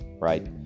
right